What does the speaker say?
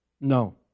No